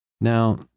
Now